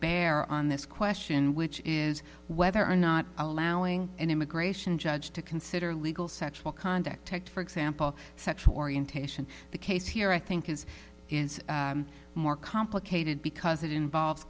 bear on this question which is whether or not allowing an immigration judge to consider legal sexual conduct take for example sexual orientation the case here i think is more complicated because it involves